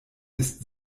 ist